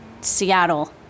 Seattle